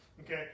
Okay